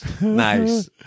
Nice